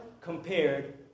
compared